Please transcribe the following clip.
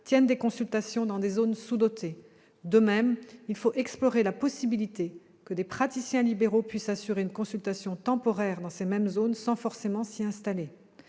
tiennent des consultations dans des zones sous-dotées. De même, il faut explorer la possibilité que des praticiens libéraux puissent assurer une consultation temporaire dans ces mêmes zones sans forcément s'y installer.